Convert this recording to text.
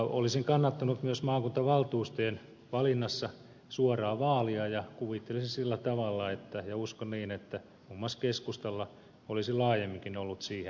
olisin kannattanut myös maakuntavaltuustojen valinnassa suoraa vaalia ja kuvittelisin sillä tavalla ja uskon niin että muun muassa keskustalla olisi laajemminkin ollut siihen valmiutta